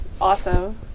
Awesome